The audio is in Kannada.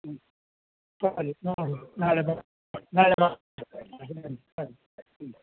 ಹ್ಞೂ ನೋಡುವ ನಾಳೆ ನೋ ನಾಳೆ